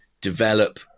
develop